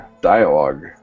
dialogue